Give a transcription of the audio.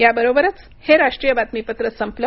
याबरोबरच हे राष्ट्रीय बातमीपत्र संपलं